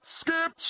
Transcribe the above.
skip